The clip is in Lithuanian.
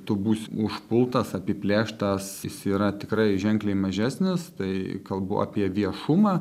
tu būsi užpultas apiplėštas jis yra tikrai ženkliai mažesnis tai kalbu apie viešumą